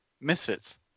Misfits